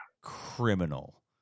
criminal